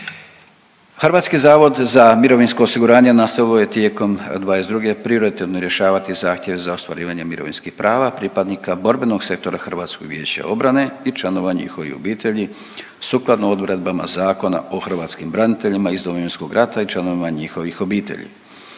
rizika od poplava i za RH. HZMO nastavilo je tijekom '22. prioritetno rješavati zahtjeve za ostvarivanje mirovinskih prava pripadnika borbenog sektora HVO-a i članova njihovih obitelji sukladno odredbama Zakona o hrvatskim branitelja iz Domovinskog rata i članova njihovih obitelji.